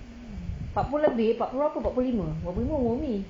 mm mm empat puluh lebih empat puluh berapa empat puluh lima empat puluh lima umur umi